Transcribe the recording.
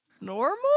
normal